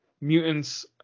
mutants